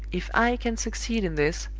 if i can succeed in this,